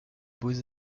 beaux